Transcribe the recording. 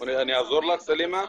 אולי אני אעזור לך, סלימה?